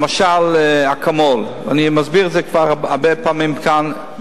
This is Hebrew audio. למשל "אקמול" אני מסביר את זה הרבה פעמים כאן,